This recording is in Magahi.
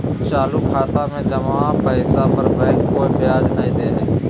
चालू खाता में जमा पैसा पर बैंक कोय ब्याज नय दे हइ